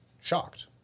shocked